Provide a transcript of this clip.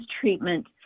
treatment